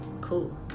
Cool